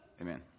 Amen